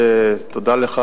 תודה לך,